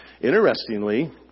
Interestingly